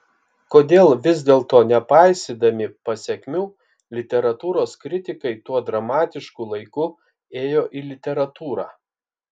kodėl vis dėlto nepaisydami pasekmių literatūros kritikai tuo dramatišku laiku ėjo į literatūrą